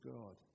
God